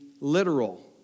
literal